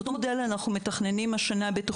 את אותו מודל אנחנו מתכננים בתוכנית